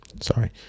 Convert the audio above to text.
sorry